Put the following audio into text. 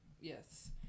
Yes